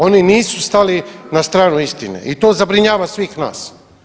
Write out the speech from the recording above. Oni nisu stali na stranu istine i to zabrinjava svih nas.